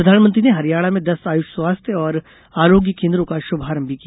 प्रधानमंत्री ने हरियाणा में दस आयुष स्वास्थ्य और आरोग्य केन्द्रों का शुभारंभ भी किया